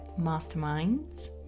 masterminds